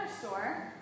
store